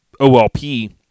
OLP